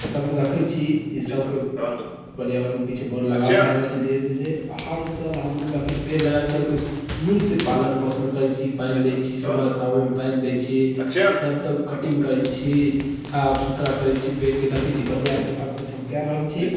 सबके देखैत छी जे सबके पर्यावरणके पिछे बड़ लगाओ भए रहल छै धीरे धीरे आ हर साल हमहुँ देखैत छी पेड़ लगाबैत छी ओहिके नीक से पालन पोषण करैत छी पानि दै छी सुबह शाम ओहिमे पानि दै छी जबतब कटिङ्ग करैत छी साफ सुथरा करैत छी पेड़के देखैत छी बढ़िआँ सबकिछु हम कए रहल छी